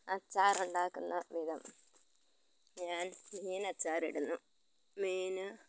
അച്ചാറുണ്ടാക്കുന്ന വിധം ഞാൻ മീനച്ചാറിടുന്നു മീന്